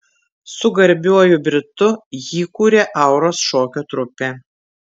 su garbiuoju britu jį kūrė auros šokio trupė